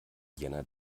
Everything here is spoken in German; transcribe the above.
jänner